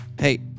Hey